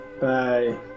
Bye